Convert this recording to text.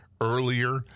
earlier